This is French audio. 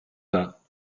pas